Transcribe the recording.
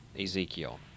Ezekiel